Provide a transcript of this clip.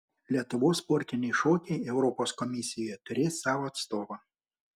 lietuvos sportiniai šokiai europos komisijoje turės savo atstovą